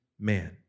man